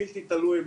בלתי תלוי,